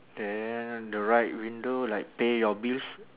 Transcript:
then the right window like pay your bills